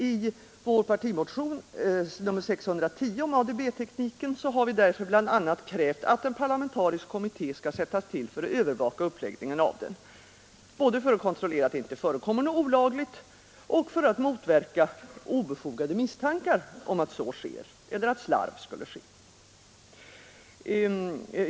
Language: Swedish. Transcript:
I vår partimotion, nr 610, om ADB-tekniken har vi därför bl.a. krävt att en parlamentarisk kommitté skall sättas till för att övervaka uppläggningen av den, både för att kontrollera att det inte förekommer något olagligt och för att motverka obefogade misstankar om att så sker eller att slarv skulle förekomma.